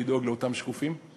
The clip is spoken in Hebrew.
לדאוג לאותם שקופים,